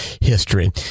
history